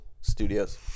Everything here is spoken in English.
Studios